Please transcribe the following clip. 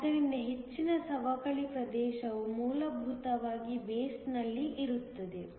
ಆದ್ದರಿಂದ ಹೆಚ್ಚಿನ ಸವಕಳಿ ಪ್ರದೇಶವು ಮೂಲಭೂತವಾಗಿ ಬೇಸ್ ನಲ್ಲಿ ಇರುತ್ತದೆ